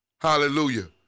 hallelujah